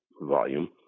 volume